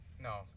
No